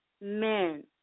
men